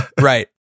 Right